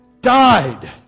died